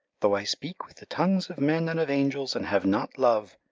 though i speak with the tongues of men and of angels and have not love,